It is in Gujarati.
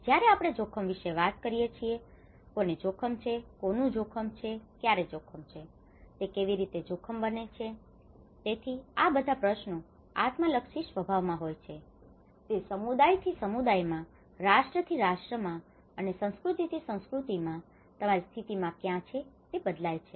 જયારે આપણે જોખમ વિશે વાત કરીએ છીએ કોને જોખમ છે કોનું જોખમ છે ક્યારે જોખમ છે બરાબર તે કેવી રીતે જોખમ બને છે તેથી આ બધા પ્રશ્નો આત્મલક્ષી સ્વભાવ માં હોય છે તે સમુદાય થી સમુદાય માં રાષ્ટ્ર થી રાષ્ટ્ર માં અને સંસ્કૃતિ થી સંસ્કૃતિ માં અને તમારી સ્થિતિ ક્યાં છે તે બદલાય છે